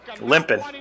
Limping